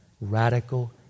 radical